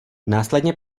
následně